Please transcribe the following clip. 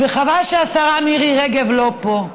חבל שהשרה מירי רגב לא פה.